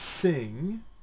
Sing